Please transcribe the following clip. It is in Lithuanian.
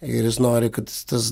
ir jis nori kad tas